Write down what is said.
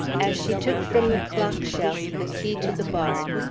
as she took from the clock shelf the key to the barn,